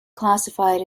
classified